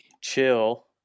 chill